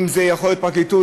אם הפרקליטות,